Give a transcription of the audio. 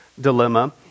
dilemma